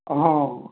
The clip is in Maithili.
हँ